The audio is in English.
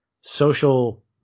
social